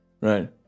Right